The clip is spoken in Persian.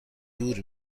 دور